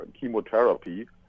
chemotherapy